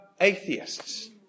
atheists